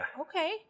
okay